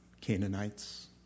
canaanites